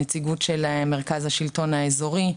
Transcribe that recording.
נציגות של מרכז השלטון האזורי,